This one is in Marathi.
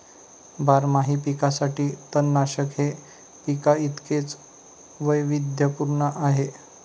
बारमाही पिकांसाठी तणनाशक हे पिकांइतकेच वैविध्यपूर्ण आहे